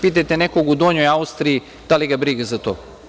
Pitajte nekoga u Donjoj Austriji da li ga je briga za to?